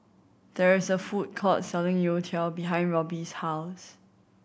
there is a food court selling youtiao behind Robbie's house